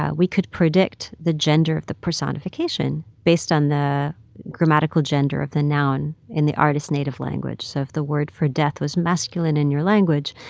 ah we could predict the gender of the personification based on the grammatical gender of the noun in the artist's native language. so if the word for death was masculine in your language,